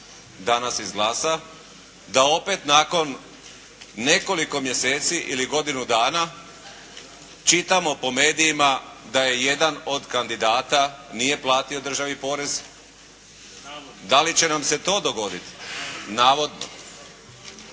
danas izglasa, da opet nakon nekoliko mjeseci ili godinu dana čitamo po medijima da je jedan od kandidata nije platio državi porez, da li će nam se to dogoditi. Navodno